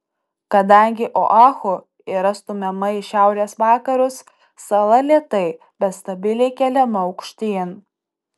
kadangi oahu yra stumiama į šiaurės vakarus sala lėtai bet stabiliai keliama aukštyn